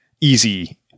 easy